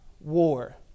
war